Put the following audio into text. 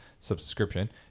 subscription